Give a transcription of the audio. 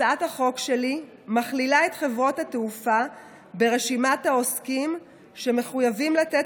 הצעת החוק שלי מכלילה את חברות התעופה ברשימת העוסקים שמחויבים לתת